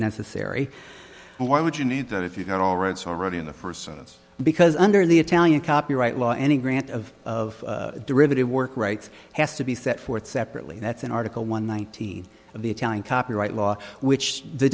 necessary and why would you need that if you got all rights already in the first sentence because under the italian copyright law any grant of of derivative work rights has to be set forth separately that's in article one nineteen of the italian copyright law which the